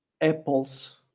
apples